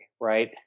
Right